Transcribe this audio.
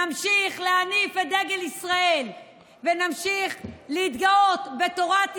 נמשיך להניף את דגל ישראל ונמשיך להתגאות בתורת ישראל,